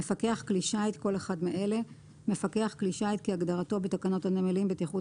"מפקח כלי שיט" כל אחד מאלה: מפקח כלי שיט כהגדרתו בתקנות הנמלים בטיחות